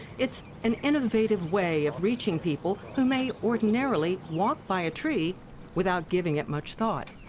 it's an innovative way of reaching people who may ordinarily walk by a tree without giving it much thought.